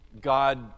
God